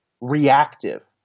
reactive